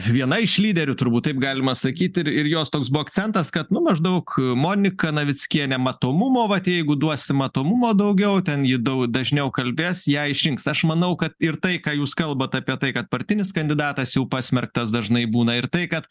viena iš lyderių turbūt taip galima sakyti ir ir jos toks buvo akcentas kad nu maždaug monika navickienė matomumo vat jeigu duosi matomumo daugiau ten ji dau dažniau kalbės ją išrinks aš manau kad ir tai ką jūs kalbat apie tai kad partinis kandidatas jau pasmerktas dažnai būna ir tai kad